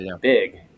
big